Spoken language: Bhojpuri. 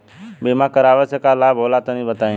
बीमा करावे से का लाभ होला तनि बताई?